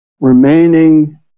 remaining